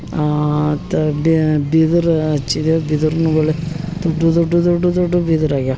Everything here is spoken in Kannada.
ತ ಬಿದ್ರು ಹಚ್ಚಿದೇವ್ ಬಿದರ್ನುಗಳು ದೊಡ್ಡ ದೊಡ್ಡ ದೊಡ್ಡ ದೊಡ್ಡ ಬಿದರು ಆಗ್ಯಾವೆ